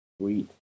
Sweet